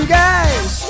guys